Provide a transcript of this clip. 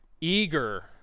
Eager